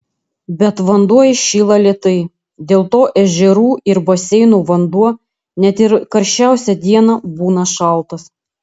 bet vanduo įšyla lėtai dėl to ežerų ir baseinų vanduo net ir karščiausią dieną būna šaltas